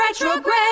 retrograde